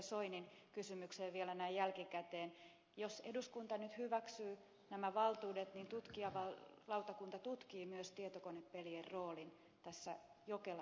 soinin kysymykseen vielä näin jälkikäteen että jos eduskunta nyt hyväksyy nämä valtuudet niin tutkijalautakunta tutkii myös tietokonepelien roolin tässä jokelan tilanteessa